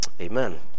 Amen